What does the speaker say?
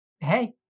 Hey